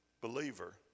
believer